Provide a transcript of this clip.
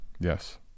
Yes